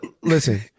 listen